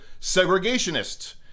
segregationists